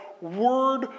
word